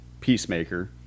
Peacemaker